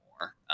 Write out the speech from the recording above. more